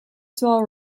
small